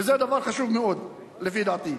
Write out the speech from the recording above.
זה דבר חשוב מאוד לפי דעתי.